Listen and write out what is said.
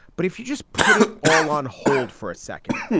but if you just put it all on hold for a second,